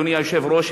אדוני היושב-ראש,